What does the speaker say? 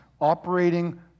operating